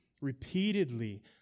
repeatedly